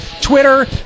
Twitter